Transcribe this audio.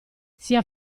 sia